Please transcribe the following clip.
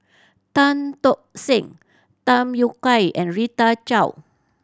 Tan Tock Seng Tham Yui Kai and Rita Chao